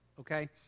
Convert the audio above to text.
okay